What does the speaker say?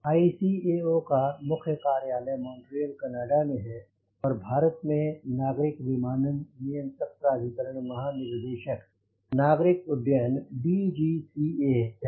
ICAO का मुख्य कार्यालय मॉन्ट्रियल कनाडा में है और भारत में नागरिक विमानन नियंत्रक प्राधिकरण महानिदेशक नागरिक उड्डयन DGCA है